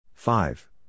Five